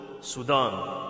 Sudan